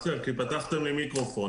כי פתחתם לי מיקרופון.